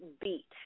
beat